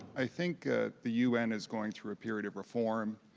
i think the un is going through a period of reform.